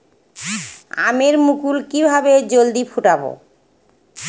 আমের মুকুল কিভাবে জলদি ফুটাব?